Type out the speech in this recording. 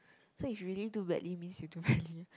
so if you really do badly means you do badly